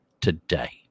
today